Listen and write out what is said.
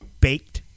baked